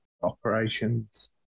operations